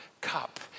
cup